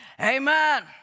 Amen